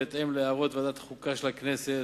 בהתאם להערות ועדת החוקה של הכנסת,